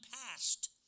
passed